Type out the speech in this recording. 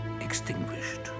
extinguished